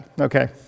Okay